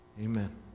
Amen